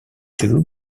too